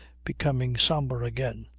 becoming sombre again.